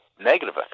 negative